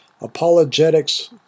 apologetics